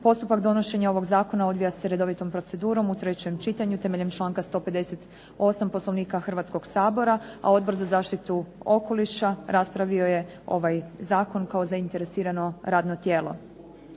Postupak donošenja ovog Zakona odvija se redovitom procedurom u trećem čitanju temeljem članka 158. poslovnika Hrvatskoga sabora, a Odbor za zaštitu okoliša raspravio je ovaj Zakon kao zainteresirano radno tijelo.